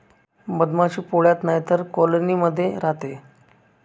मधमाशी पोळ्यात नाहीतर कॉलोनी मध्ये राहते